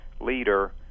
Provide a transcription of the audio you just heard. leader